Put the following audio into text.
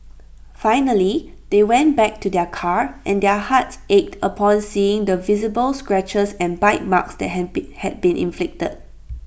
finally they went back to their car and their hearts ached upon seeing the visible scratches and bite marks that had been had been inflicted